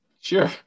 Sure